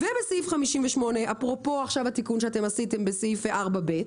ובסעיף 58, אפרופו התיקון שאתם עשיתם בסעיף (4ב),